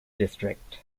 district